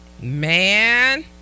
Man